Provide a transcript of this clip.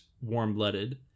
warm-blooded